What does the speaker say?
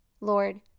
Lord